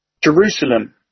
Jerusalem